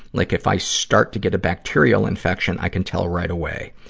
like, if i start to get a bacterial infection, i can tell right away.